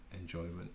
enjoyment